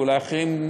ואולי אחרים,